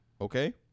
okay